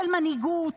של מנהיגות.